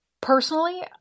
personally